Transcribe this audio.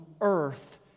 earth